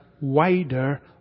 wider